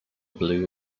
blue